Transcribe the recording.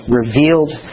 revealed